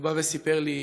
והוא בא וסיפר לי